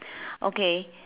okay